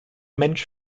mensch